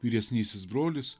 vyresnysis brolis